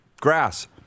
grass